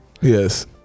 Yes